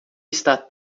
está